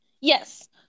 Yes